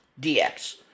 DX